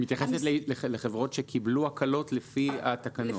את מתייחסת לחברות שקיבלו הקלות לפי התקנות.